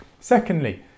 Secondly